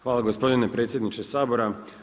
Hvala gospodine predsjedniče Sabora.